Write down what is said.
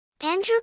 Andrew